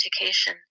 education